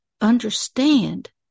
understand